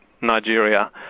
Nigeria